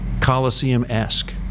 Coliseum-esque